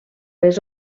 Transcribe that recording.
les